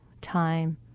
time